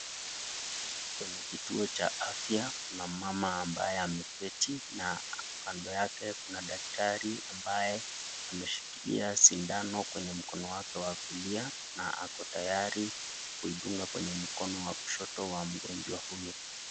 Kwenye kituo cha afya kuna mama ambaye ameketi na kando yake kuna daktri ambaye amshikilia sindano kwenye mkono wake wa kulia na ako tayari kuidunga kwa mkono wa kushoto wa mgonjwa huyo.